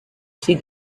see